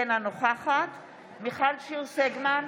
אינה נוכחת מיכל שיר סגמן,